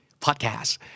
Podcast